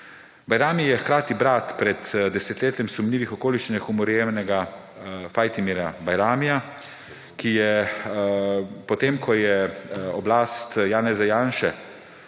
Bajrami, ki je hkrati brat pred desetletjem v sumljivih okoliščinah umorjenega Fatmirja Bajramija …«, ki je po tem, ko je oblast Janeza Janše